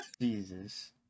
Jesus